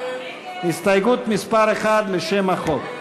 הסתייגות מס' 1 לשם החוק.